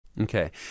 Okay